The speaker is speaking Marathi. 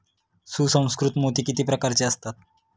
सुसंस्कृत मोती किती प्रकारचे असतात?